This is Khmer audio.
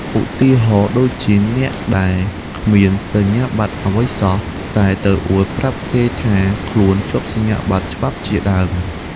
ឧទាហរណ៍ដូចជា អ្នកដែលគ្មានសញ្ញាបត្រអ្វីសោះ តែទៅអួតប្រាប់គេថាខ្លួនជាប់សញ្ញាបត្រច្បាប់ជាដើម។